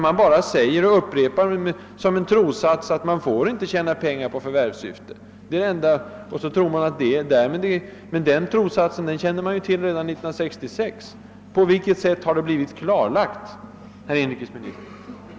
Man bara upprepar som cen irossats, att människor får inte bedriva sådan här verksamhet i förvärvs syfte och tjäna pengar på det. Men den trossatsen var ju känd redan 1966. På vilket sätt har något nytt blivit klarlagt, herr inrikesminister?